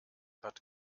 hat